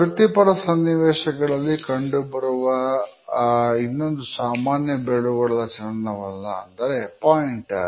ವೃತ್ತಿಪರ ಸನ್ನಿವೇಶಗಳಲ್ಲಿ ಕಂಡುಬರುವ ಇನ್ನೊಂದು ಸಾಮಾನ್ಯ ಬೆರಳುಗಳ ಚಲನವಲನ ಅಂದರೆ ಪಾಯಿಂಟರ್